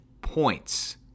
points